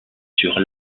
sur